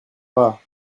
pas